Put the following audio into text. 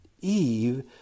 Eve